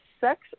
Sex